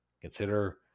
consider